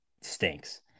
stinks